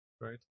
right